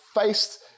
faced